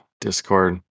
Discord